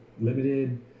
limited